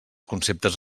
conceptes